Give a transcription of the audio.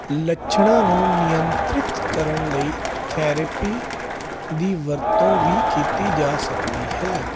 ਲੱਛਣਾਂ ਨੂੰ ਨਿਯੰਤ੍ਰਿਤ ਕਰਨ ਲਈ ਥੈਰੇਪੀ ਦੀ ਵਰਤੋਂ ਵੀ ਕੀਤੀ ਜਾ ਸਕਦੀ ਹੈ